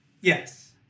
Yes